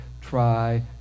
try